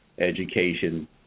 education